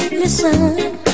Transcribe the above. Listen